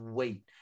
wait